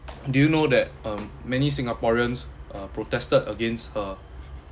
do you know that um many singaporeans uh protested against her